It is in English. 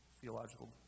theological